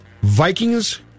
Vikings